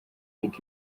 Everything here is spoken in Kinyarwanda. ariko